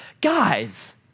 Guys